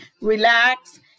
relax